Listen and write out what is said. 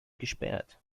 gesperrt